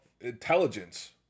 intelligence